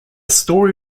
story